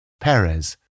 Perez